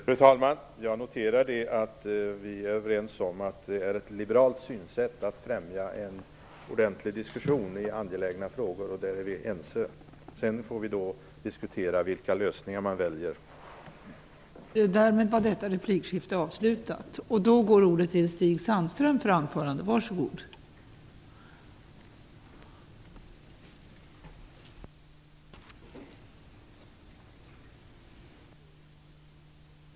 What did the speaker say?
Fru talman! Jag noterar att vi är överens om att det är ett liberalt synsätt att främja en ordentlig diskussion i angelägna frågor. Sedan får vi se vilka lösningar man skall välja.